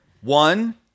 One